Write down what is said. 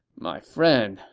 my friend,